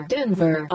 Denver